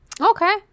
Okay